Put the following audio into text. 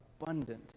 abundant